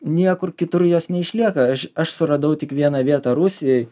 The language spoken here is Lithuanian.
niekur kitur jos neišlieka aš aš suradau tik vieną vietą rusijoj